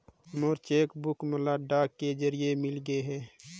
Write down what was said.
मोर cheque book मोला डाक के जरिए मिलगे हे